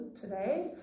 today